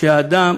שהאדם